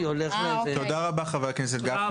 אני באתי קודם כל כדי